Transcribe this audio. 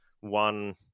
one